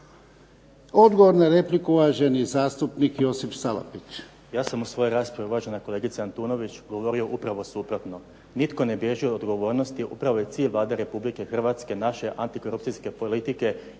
Odgovor na repliku uvaženi zastupnik Josip Salapić.